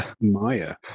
Maya